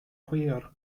hwyr